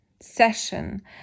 Session